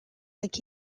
like